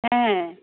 হ্যাঁ